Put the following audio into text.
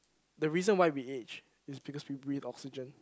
the reason why we aged is because we with oxygen